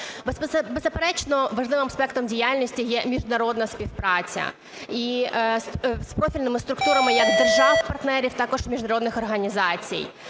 Беззаперечно, важливим аспектом діяльності є міжнародна співпраця і з профільними структурами, як держав-партнерів, а також міжнародних організацій.